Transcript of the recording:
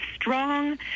strong